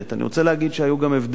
אני רוצה להגיד שהיו גם הבדלים